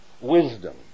wisdom